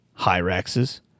Hyraxes